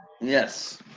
Yes